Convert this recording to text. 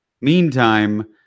meantime